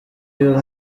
uyu